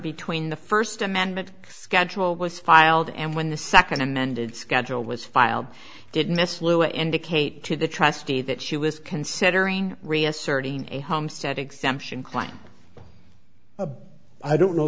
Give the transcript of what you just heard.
between the first amendment schedule was filed and when the second amended schedule was filed did miss lou indicate to the trustee that she was considering reasserting a homestead exemption client a i don't know